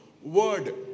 word